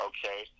Okay